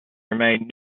remained